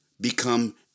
become